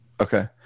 Okay